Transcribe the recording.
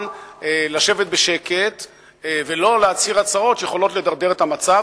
לשבת בשקט ולא להצהיר הצהרות שיכולות לדרדר את המצב,